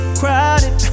crowded